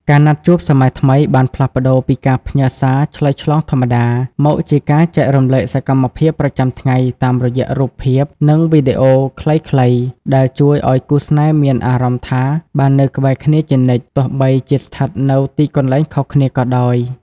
ការណាត់ជួបសម័យថ្មីបានផ្លាស់ប្ដូរពីការផ្ញើសារឆ្លើយឆ្លងធម្មតា មកជាការចែករំលែកសកម្មភាពប្រចាំថ្ងៃតាមរយៈរូបភាព និងវីដេអូខ្លីៗ ដែលជួយឱ្យគូស្នេហ៍មានអារម្មណ៍ថាបាននៅក្បែរគ្នាជានិច្ច ទោះបីជាស្ថិតនៅទីកន្លែងខុសគ្នាក៏ដោយ។